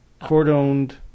cordoned